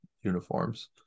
uniforms